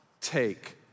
take